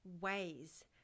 ways